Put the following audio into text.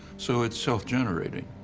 so it's self generating,